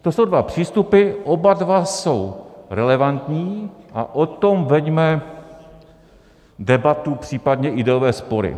To jsou dva přístupy, oba dva jsou relevantní a o tom veďme debatu, případně ideové spory.